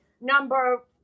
Number